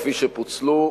כפי שפוצלו,